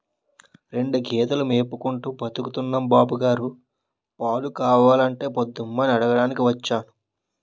రెండు గేదెలు మేపుకుంటూ బతుకుతున్నాం బాబుగారు, పాలు కావాలంటే పోద్దామని అడగటానికి వచ్చాను